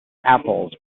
apples